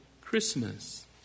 Christmas